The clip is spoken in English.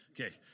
Okay